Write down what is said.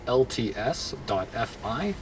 lts.fi